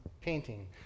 painting